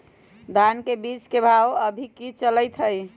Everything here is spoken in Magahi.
धान के बीज के भाव अभी की चलतई हई?